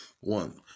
one